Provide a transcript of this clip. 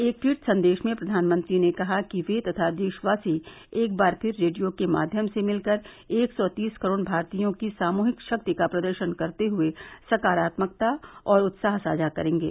एक ट्वीट संदेश में प्रधानमंत्री ने कहा कि वे तथा देशवासी एक बार फिर रेडियो के माध्यम से मिलकर एक सौ तीस करोड़ भारतीयों की सामूहिक शक्ति का प्रदर्शन करते हुए सकारात्मकता और उत्साह साझा करेंगे